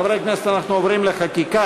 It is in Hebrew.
חברי הכנסת, אנחנו עוברים לחקיקה.